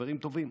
חברים טובים,